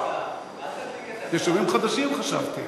יישובים חדשים חשבתי.